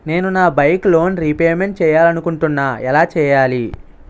నేను నా bike loan repayment చేయాలనుకుంటున్నా ఎలా చేయాలి?